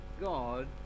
God